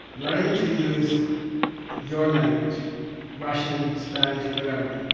learn to use your language russian, spanish, whatever.